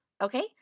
okay